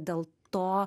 dėl to